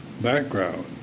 background